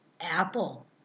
apple